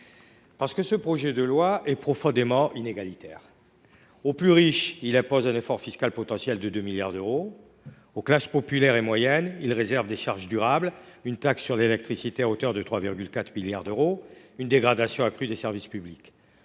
revenus. Ce projet de loi est en effet profondément inégalitaire. Aux plus riches, il impose un effort fiscal potentiel de 2 milliards d’euros. Aux classes populaires et moyennes, il réserve des charges durables, une taxe sur l’électricité à hauteur de 3,4 milliards d’euros, une dégradation accrue des services publics.